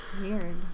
Weird